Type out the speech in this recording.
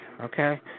okay